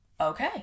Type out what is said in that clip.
okay